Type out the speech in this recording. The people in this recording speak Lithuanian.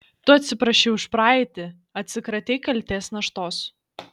tu atsiprašei už praeitį atsikratei kaltės naštos